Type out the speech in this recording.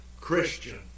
Christian